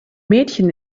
mädchen